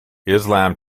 islam